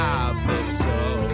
Capital